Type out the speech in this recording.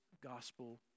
gospel